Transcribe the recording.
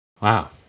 Wow